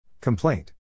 Complaint